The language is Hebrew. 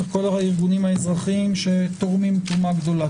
לכל הארגונים האזרחיים שתורמים תרומה גדולה.